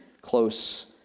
close